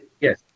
Yes